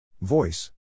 Voice